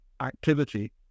activity